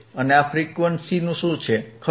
અને આ ફ્રીક્વન્સી શું છે ખરું